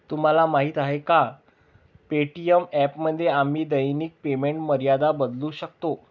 तुम्हाला माहीत आहे का पे.टी.एम ॲपमध्ये आम्ही दैनिक पेमेंट मर्यादा बदलू शकतो?